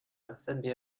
分别